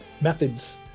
methods